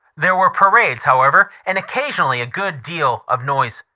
there were parades, however, and occasionally a good deal of noise.